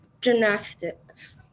gymnastics